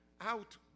out